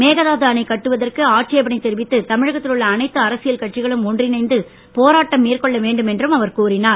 மேகதாது அணை கட்டுவதற்கு ஆட்சேபணை தெரிவித்து தமிழகத்தில் உள்ள அனைத்து அரசியல் கட்சிகளும் ஒன்றிணைந்து போராட்டம் மேற்கொள்ள வேண்டும் என்றும் அவர் கூறினார்